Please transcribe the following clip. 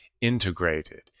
integrated